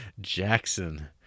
Jackson